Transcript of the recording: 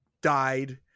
died